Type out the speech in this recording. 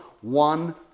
one